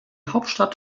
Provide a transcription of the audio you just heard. hauptstadt